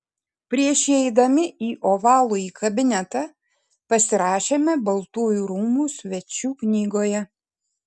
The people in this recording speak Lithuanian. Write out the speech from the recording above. prieš įeidami į ovalųjį kabinetą pasirašėme baltųjų rūmų svečių knygoje